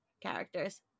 characters